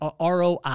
ROI